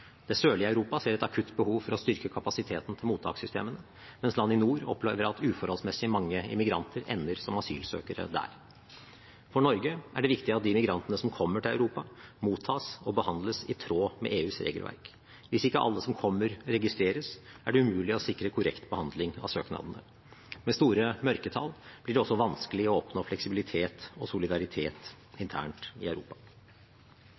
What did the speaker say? Europa ser et akutt behov for å styrke kapasiteten til mottakssystemene, mens land i nord opplever at uforholdsmessig mange immigranter ender som asylsøkere der. For Norge er det viktig at de migrantene som kommer til Europa, mottas og behandles i tråd med EUs regelverk. Hvis ikke alle som kommer, registreres, er det umulig å sikre korrekt behandling av søknadene. Med store mørketall blir det også vanskelig å oppnå fleksibilitet og solidaritet internt i Europa.